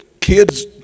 kids